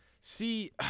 See